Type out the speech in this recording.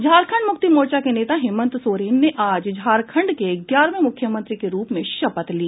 झारखंड मुक्ति मोर्चा के नेता हेमन्त सोरेन ने आज झारखंड के ग्यारहवें मुख्यमंत्री के रूप में शपथ ली